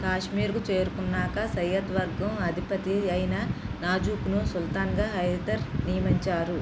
కాశ్మీరుకు చేరుకున్నాక సయ్యద్ వర్గం అధిపతి అయిన నాజుక్ను సుల్తాన్గా హైదర్ నియమించారు